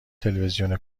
تلویزیون